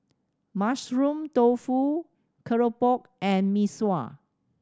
Mushroom Tofu keropok and Mee Sua